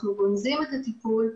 אנחנו גונזים את הטיפול,